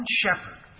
shepherd